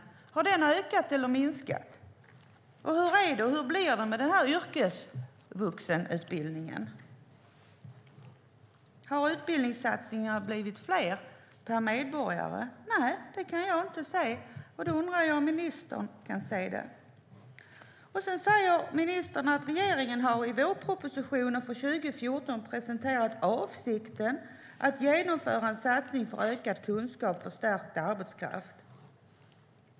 Har den ökat eller minskat? Hur blir det med yrkesvuxenutbildningen? Har utbildningssatsningarna blivit fler per medborgare? Nej, det kan jag inte se. Då undrar jag om ministern kan se det. Sedan säger ministern att "regeringen har i vårpropositionen för 2014 presenterat avsikten att genomföra en satsning för ökad kunskap för stärkt arbetskraft".